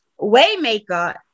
Waymaker